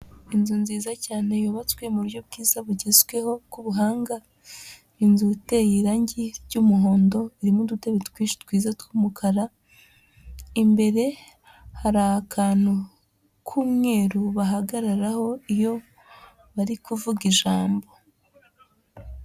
Inzu nziza cyane yubatswe mu buryo bwiza bugezweho bw'ubuhanga, inzu iteye irangi ry'umuhondo, irimo udutebe twinshi twiza tw'umukara imbere hari akantu k'umweru bahagararaho iyo bari kuvuga ijambo.